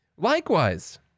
Likewise